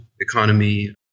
economy